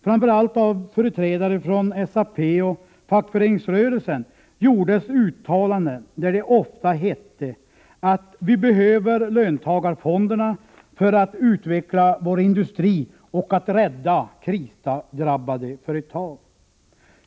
Framför allt av företrädare för SAP och fackföreningsrörelsen gjordes uttalanden, där det ofta hette att vi behöver löntagarfonderna för att utveckla vår industri och rädda krisdrabbade företag.